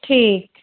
ਠੀਕ